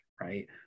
right